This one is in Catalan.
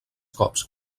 cops